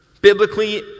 Biblically